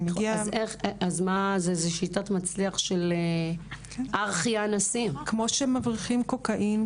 זה שיטת מצליח של --- כמו שמבריחים קוקאין,